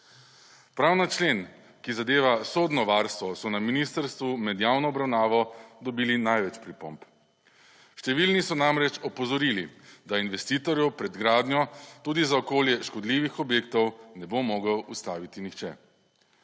Prav na člen, ki zadeva sodno varstvo so na ministrstvu med javno obravnavo dobili največ pripomb. Številni so namreč opozorili, da investotorjev pred gradnjo tudi za okolje škodljivih objektov ne bo mogel ustaviti nihče.